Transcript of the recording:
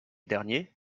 dernier